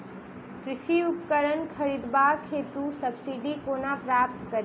कृषि उपकरण खरीदबाक हेतु सब्सिडी कोना प्राप्त कड़ी?